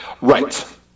Right